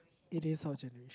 it is our generation